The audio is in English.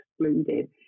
excluded